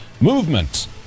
Movement